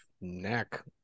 neck